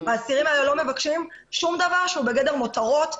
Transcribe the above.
האסירים האלה לא מבקשים שום דבר שהוא בגדר מותרות.